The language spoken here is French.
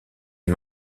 est